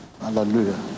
hallelujah